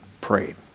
prayed